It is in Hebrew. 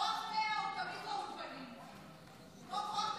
כמו כוח מצדה,